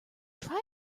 try